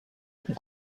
اون